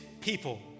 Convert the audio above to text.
people